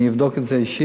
אני אבדוק את זה אישית.